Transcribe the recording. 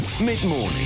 Mid-morning